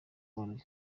imanuka